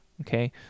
okay